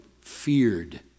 feared